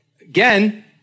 Again